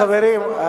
חברים,